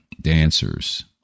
dancers